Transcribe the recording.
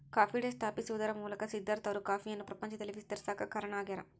coffee Day ಸ್ಥಾಪಿಸುವದರ ಮೂಲಕ ಸಿದ್ದಾರ್ಥ ಅವರು ಕಾಫಿಯನ್ನು ಪ್ರಪಂಚದಲ್ಲಿ ವಿಸ್ತರಿಸಾಕ ಕಾರಣ ಆಗ್ಯಾರ